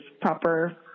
proper